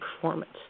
performance